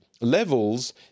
levels